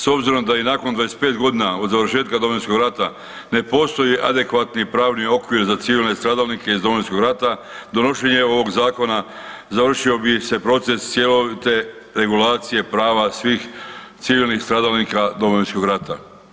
S obzirom da i nakon 25 godina od završetka Domovinskog rata ne postoji adekvatni pravni okvir za civilne stradalnike iz Domovinskog rata, donošenje ovog Zakona završio bi se proces cjelovite regulacije prava svih civilnih stradalnika Domovinskog rata.